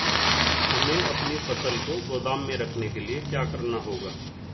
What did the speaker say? हमें अपनी फसल को गोदाम में रखने के लिये क्या करना होगा?